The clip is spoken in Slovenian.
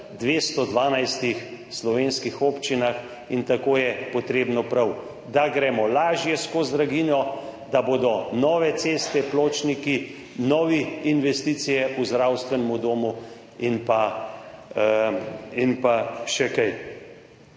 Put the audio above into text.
212 slovenskih občinah in tako je potrebno, prav, da gremo lažje skozi draginjo, da bodo nove ceste, pločniki, nove investicije v zdravstvenem domu in pa še kaj.